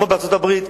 כמו בארצות-הברית,